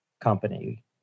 company